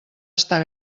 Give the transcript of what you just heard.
estar